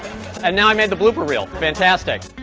and now i made the blooper reel. fantastic.